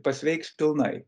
pasveiks pilnai